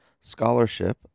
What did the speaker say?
scholarship